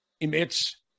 emits